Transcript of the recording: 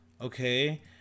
okay